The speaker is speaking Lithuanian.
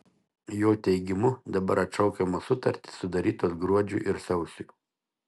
jo teigimu dabar atšaukiamos sutartys sudarytos gruodžiui ir sausiui